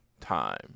time